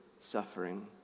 suffering